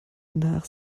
nach